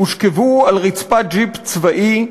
והושכבו על רצפת ג'יפ צבאי.